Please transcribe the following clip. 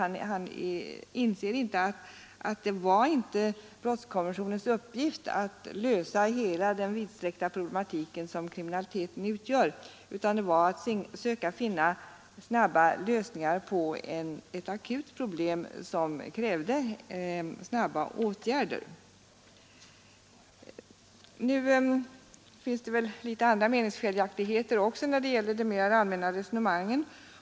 Han inser inte att det inte var: brottskommissionens uppgift att lösa hela den vidsträckta problematik som kriminaliteten utgör, utan det var att söka finna snabba lösningar på ett akut problem som krävde snabba åtgärder. Nu finns det också andra meningsskiljaktigheter när det gäller de mera allmänna resonemangen.